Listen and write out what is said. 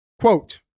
Quote